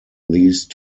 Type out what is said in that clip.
these